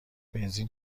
بنزین